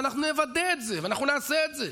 ואנחנו נוודא את זה ואנחנו נעשה את זה.